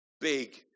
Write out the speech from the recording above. Big